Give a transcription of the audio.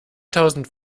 tausend